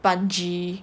bungee